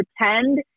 pretend